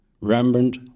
Rembrandt